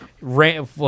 ramp